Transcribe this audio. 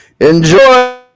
Enjoy